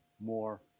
more